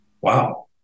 wow